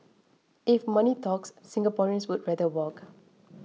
if money talks Singaporeans would rather walk